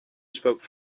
spoke